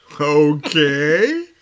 Okay